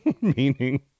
meaning